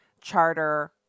charter